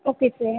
पपीते हैं